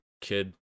kid